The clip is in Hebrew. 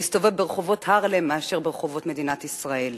להסתובב ברחובות הארלם מאשר ברחובות מדינת ישראל.